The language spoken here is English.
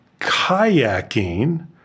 kayaking